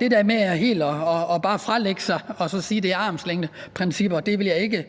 det der med bare helt at fralægge sig det ved at tale om armslængdeprincippet vil jeg ikke